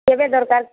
କେବେ ଦରକାର